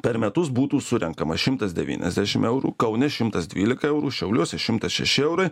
per metus būtų surenkama šimtas devyniasdešim eurų kaune šimtas dvylika eurų šiauliuose šimtas šeši eurai